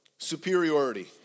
superiority